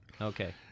Okay